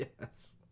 Yes